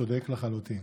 צודק לחלוטין.